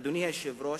אדוני היושב-ראש,